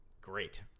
great